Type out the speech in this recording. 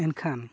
ᱮᱱᱠᱷᱟᱱ